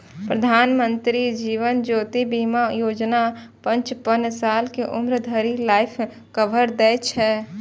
प्रधानमंत्री जीवन ज्योति बीमा योजना पचपन साल के उम्र धरि लाइफ कवर दै छै